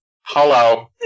Hello